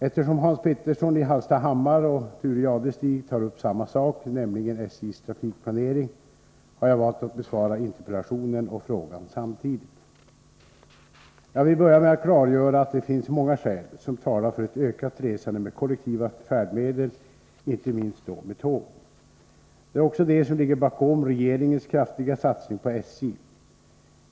Eftersom Hans Petersson i Hallstahammar och Thure Jadestig tar upp samma sak, nämligen SJ:s trafikplanering, har jag valt att besvara interpellationen och frågan samtidigt. Jag vill börja med att klargöra att det finns många skäl som talar för ett ökat resande med kollektiva färdmedel, inte minst då med tåg. Det är också det som ligger bakom regeringens kraftiga satsning på SJ.